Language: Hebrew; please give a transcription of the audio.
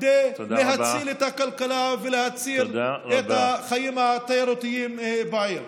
כדי להציל את הכלכלה ולהציל את החיים התיירותיים בעיר.